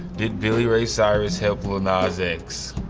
did billy ray cyrus help lil nas x?